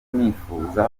nifuza